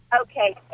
Okay